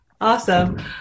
Awesome